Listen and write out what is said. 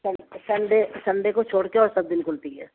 سن Sunday Sunday کو چھوڑ کے اور سب دن کھلتی ہے